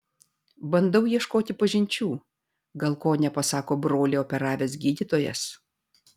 bandau ieškot pažinčių gal ko nepasako brolį operavęs gydytojas